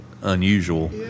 unusual